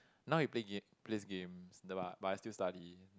now he play game plays games the but but he still study